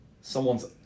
someone's